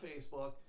facebook